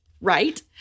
Right